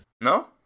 No